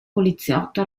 poliziotto